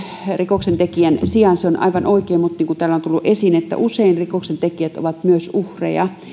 rikoksentekijän sijaan se on aivan oikein mutta niin kuin täällä on tullut esiin usein myös rikoksentekijät ovat uhreja